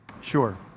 Sure